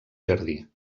jardí